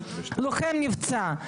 לוחם נפצע,